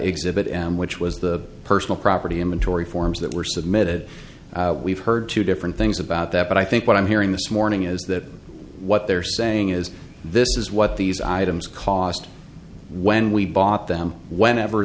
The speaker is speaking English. exhibit and which was the personal property inventory forms that were submitted we've heard two different things about that but i think what i'm hearing this morning is that what they're saying is this is what these items cost when we bought them whenever